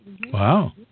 Wow